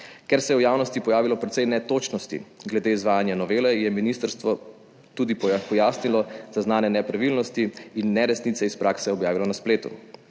Ker se je v javnosti pojavilo precej netočnosti glede izvajanja novele je ministrstvo tudi pojasnilo zaznane nepravilnosti in neresnice iz prakse objavilo na spletu.